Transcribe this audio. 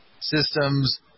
systems